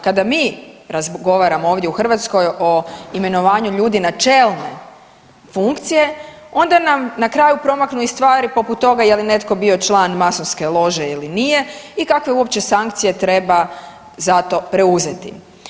Kada mi razgovaramo ovdje u Hrvatskoj o imenovanju ljudi na čelne funkcije, onda nam na kraju promaknu i stvari poput toga je li netko bio član masonske lože ili nije i kakve uopće sankcije treba za to preuzeti.